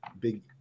big